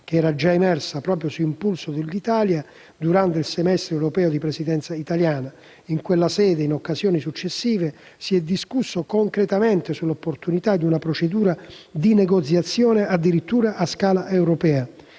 che era già emersa, proprio su impulso dell'Italia, durante il semestre europeo di Presidenza italiana. In tale sede e in occasioni successive si è discusso concretamente dell'opportunità di una procedura di negoziazione addirittura su scala europea,